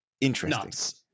interesting